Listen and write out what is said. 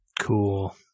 Cool